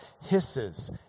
hisses